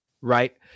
right